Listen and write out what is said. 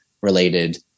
related